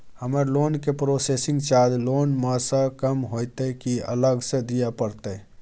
हमर लोन के processing charge loan म स कम होतै की अलग स दिए परतै?